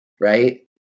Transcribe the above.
Right